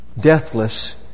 Deathless